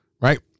Right